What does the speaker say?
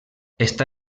està